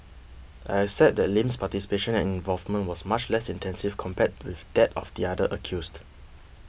I accept that Lim's participation and involvement was much less extensive compared with that of the other accused